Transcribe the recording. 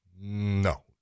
no